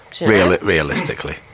realistically